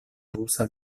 rusa